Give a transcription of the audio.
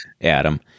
Adam